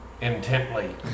intently